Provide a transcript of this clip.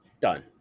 Done